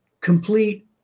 complete